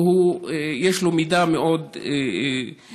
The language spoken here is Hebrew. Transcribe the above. ויש לו מידה מאוד גדולה.